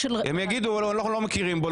הם יגידו שהם לא מכירים בו,